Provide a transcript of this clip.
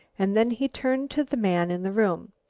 and then he turned to the man in the room.